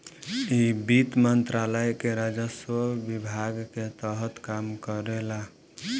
इ वित्त मंत्रालय के राजस्व विभाग के तहत काम करेला